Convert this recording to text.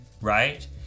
right